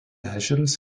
ežeras